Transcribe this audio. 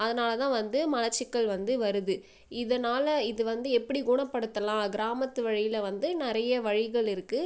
அதனால் தான் வந்து மலச்சிக்கல் வந்து வருது இதனால் இதை வந்து எப்படி குணப்படுத்தலாம் கிராமத்து வழியில் வந்து நிறைய வழிகள் இருக்கு